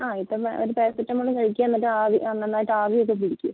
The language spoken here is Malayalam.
ആ ഇപ്പം ഒരു പാരസെറ്റമോൾ കഴിക്കുക എന്നിട്ട് ആവി നന്നായിട്ട് ആവിയൊക്കെ പിടിക്ക്